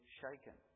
shaken